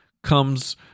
comes